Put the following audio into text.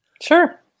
Sure